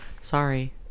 Sorry